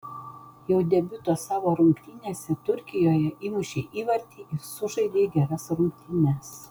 jau debiuto savo rungtynėse turkijoje įmušei įvartį ir sužaidei geras rungtynes